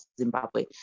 Zimbabwe